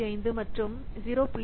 65 மற்றும் 0